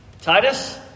Titus